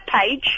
page